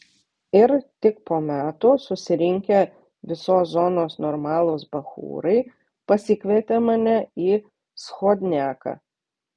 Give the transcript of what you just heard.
ir tik po metų susirinkę visos zonos normalūs bachūrai pasikvietė mane į schodniaką